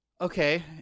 Okay